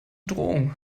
drohung